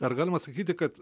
ar galima sakyti kad